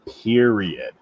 Period